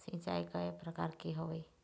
सिचाई कय प्रकार के होये?